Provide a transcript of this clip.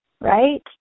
right